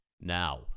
now